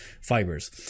fibers